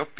O P